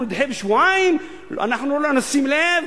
אנחנו נדחה בשבועיים, אנחנו לא נשים לב,